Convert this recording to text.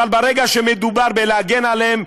אבל ברגע שמדובר על להגן עליהם,